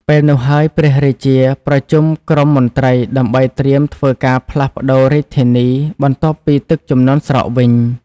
ពេលនោះហើយ ព្រះរាជា ប្រជុំក្រុមមន្ត្រីដើម្បីត្រៀមធ្វើការផ្លាសប្ដូររាជធានី បន្ទាប់ពីទឹកជំនន់ស្រកវិញ ។